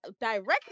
directly